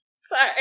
Sorry